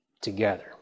together